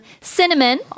cinnamon